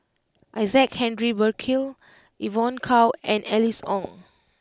Isaac Henry Burkill Evon Kow and Alice Ong